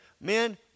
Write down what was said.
men